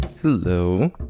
Hello